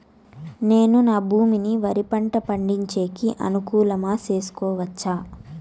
నేను నా భూమిని వరి పంట పండించేకి అనుకూలమా చేసుకోవచ్చా?